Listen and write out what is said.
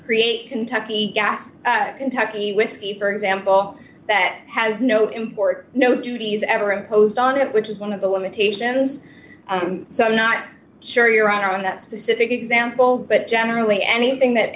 create kentucky gas kentucky whiskey for example that has no import no duties ever imposed on it which is one of the limitations so i'm not sure you're right on that specific example but generally anything that